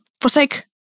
Forsake